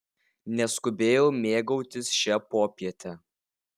neskubėjau mėgautis šia popiete